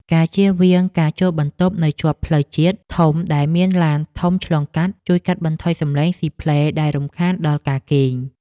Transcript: ការចៀសវាងការជួលបន្ទប់នៅជាប់ផ្លូវជាតិធំដែលមានឡានធំឆ្លងកាត់ជួយកាត់បន្ថយសំឡេងស៊ីផ្លេដែលរំខានដល់ការគេង។